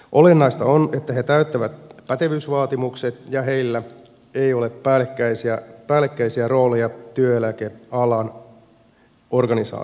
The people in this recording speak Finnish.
olennaista on että he täyttävät pätevyysvaatimukset ja heillä ei ole päällekkäisiä rooleja työeläkealan organisaatioissa